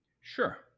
Sure